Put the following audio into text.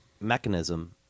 mechanism